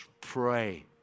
pray